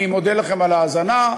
אני מודה לכם על ההאזנה,